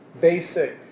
basic